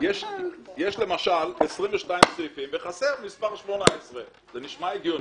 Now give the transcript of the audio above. יש למשל 22 סעיפים וחסר מספר 18. זה נשמע הגיוני?